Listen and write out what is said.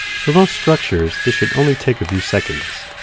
for most structures this should only take a few seconds.